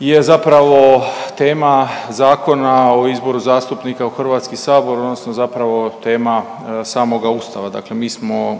je zapravo tema Zakona o izboru zastupnika u Hrvatski sabor, odnosno zapravo je tema samoga ustava, dakle mi smo